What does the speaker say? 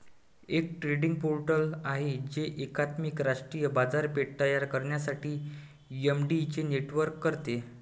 एक trading portal आहे जे एकात्मिक राष्ट्रीय बाजारपेठ तयार करण्यासाठी मंडईंचे नेटवर्क करते